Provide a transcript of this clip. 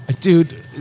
Dude